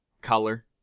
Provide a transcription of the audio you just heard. Color